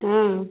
ହଁ